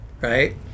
Right